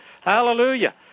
Hallelujah